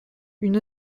une